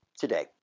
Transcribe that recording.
today